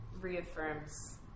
reaffirms